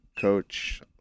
coach